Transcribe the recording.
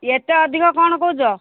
ଏତେ ଅଧିକ କ'ଣ କହୁଛ